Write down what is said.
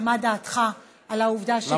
מה דעתך על העובדה שכינו ככה את,